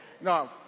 No